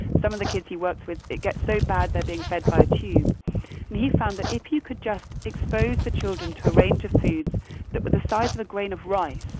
some of the kids he works with get so bad, they're being fed by a tube he found that if you could just expose the children to a range of foods that were the size of a grain of rice,